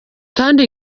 kandi